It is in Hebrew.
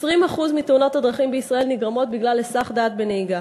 20% מתאונות הדרכים בישראל נגרמות בגלל היסח דעת בנהיגה.